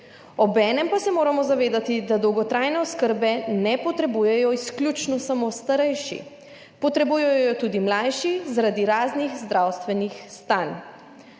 Obenem pa se moramo zavedati, da dolgotrajne oskrbe ne potrebujejo izključno samo starejši. Potrebujejo jo tudi mlajši, zaradi raznih zdravstvenih stanj.